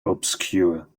obscure